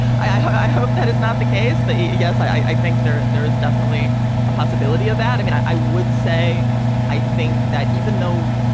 i hope that is not the case. but, yes, i think there there is definitely a possibility of that. i mean, i i would say i think that even though